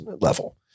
level